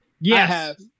Yes